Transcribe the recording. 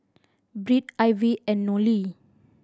Britt Ivy and Nolie